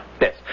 Yes